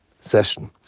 session